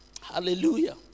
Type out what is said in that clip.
Hallelujah